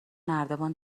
نردبان